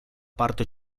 parte